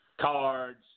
Cards